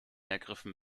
ergriffen